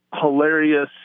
hilarious